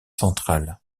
centrale